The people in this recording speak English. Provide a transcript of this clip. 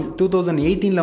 2018